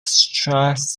strauss